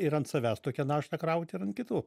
ir ant savęs tokią naštą kraut ir ant kitų